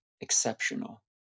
exceptional